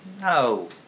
No